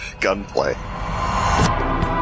gunplay